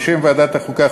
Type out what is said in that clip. בשם ועדת החוקה,